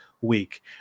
week